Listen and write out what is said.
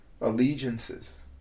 allegiances